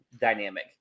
dynamic